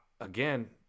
again